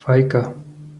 fajka